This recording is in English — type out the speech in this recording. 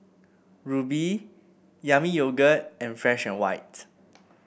Rubi Yami Yogurt and Fresh And White